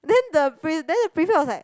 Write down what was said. then the pre~ then the prefect was like